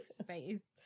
space